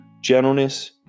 gentleness